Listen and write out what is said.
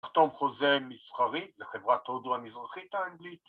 ‫לחתום חוזה מסחרי לחברת הודו ‫המזרחית האנגלית.